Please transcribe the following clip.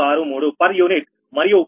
9763 per unit మరియు 𝑉 వచ్చి 1